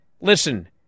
Listen